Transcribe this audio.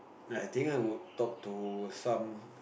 I think I would talk to some